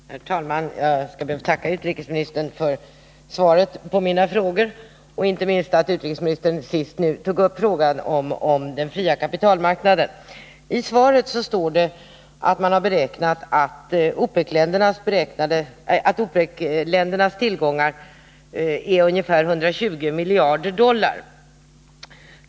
Herr talman! Jag skall be att få tacka utrikesministern för svaret på mina frågor och inte minst för att utrikesministern tog upp frågan om den fria kapitalmarknaden. I interpellationssvaret säger utrikesministern att OPEC-ländernas tillgångar beräknas vara 120 miljarder dollar.